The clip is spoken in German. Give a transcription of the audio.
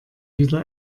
wieder